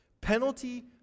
Penalty